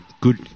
Good